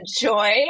joy